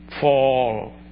fall